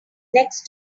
next